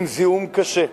עם זיהום קשה.